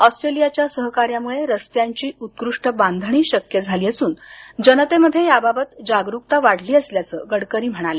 ऑस्ट्रेलियाच्या सहकार्यामुळे रस्त्यांची उत्कृष्ट बांधणी शक्य झाली असून जनतेमध्ये याबाबत जागरूकता वाढली असल्याच गडकरी म्हणाले